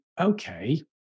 okay